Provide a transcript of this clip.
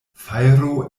fajro